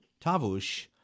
Tavush